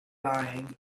lying